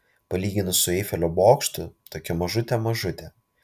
palyginus su eifelio bokštu tokia mažutė mažutė